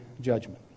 judgment